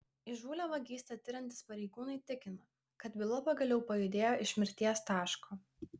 įžūlią vagystę tiriantys pareigūnai tikina kad byla pagaliau pajudėjo iš mirties taško